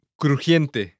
crujiente